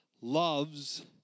loves